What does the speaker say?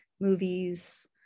movies